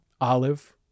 olive